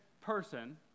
person